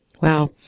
Wow